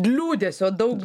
liūdesio daug